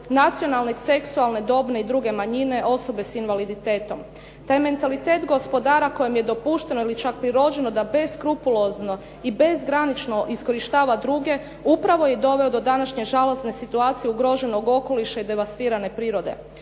nacionalne, seksualne dobne i druge manjine, osobe s invaliditetom. Taj mentalitet gospodara kojem je dopušteno ili čak prirođeno da beskrupulozno i bezgranično iskorištava druge upravo je doveo do današnje žalosne situacije ugroženog okoliša i devastirane prirode.